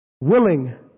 willing